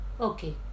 okay